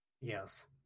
Yes